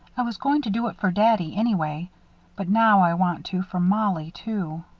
i was going to do it for daddy, anyway but now i want to for mollie, too.